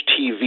TV